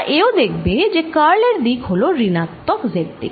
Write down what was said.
তোমরা এও দেখবে যে কার্ল এর দিক হল ঋণাত্মক z দিক